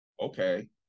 Okay